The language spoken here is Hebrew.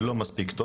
לא מספיק טוב.